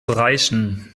reichen